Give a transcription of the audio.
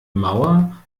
mauer